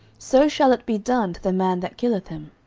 so shall it be done to the man that killeth him.